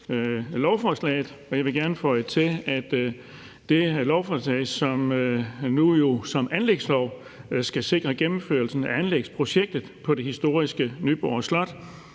lovforslaget. Jeg vil gerne føje til, at det lovforslag, som nu jo bliver en anlægslov, skal sikre gennemførelsen af anlægsprojektet på det historiske Nyborg Slot.